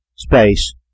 space